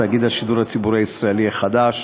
תאגיד השידור הציבורי הישראלי החדש.